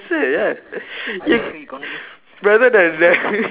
you rather than than